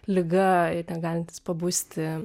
liga negalintys pabusti